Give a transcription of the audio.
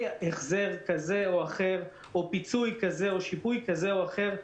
החזר כזה או אחר או פיצוי כזה או שיפוי כזה או אחר,